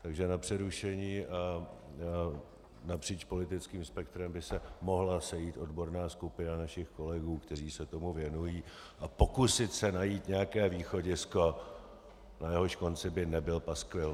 Takže na přerušení a napříč politickým spektrem by se mohla sejít odborná skupina našich kolegů, kteří se tomu věnují, a pokusit se najít nějaké východisko, na jehož konci by nebyl paskvil.